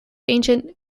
ancient